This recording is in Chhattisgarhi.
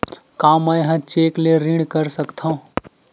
का मैं ह चेक ले ऋण कर सकथव?